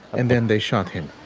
and then they shot him.